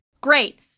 Great